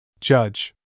Judge